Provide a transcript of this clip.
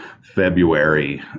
February